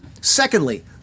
Secondly